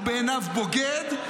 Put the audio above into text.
הוא בעיניו בוגד,